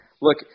look